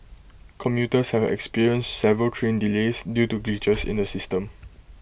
commuters have experienced several train delays due to glitches in the system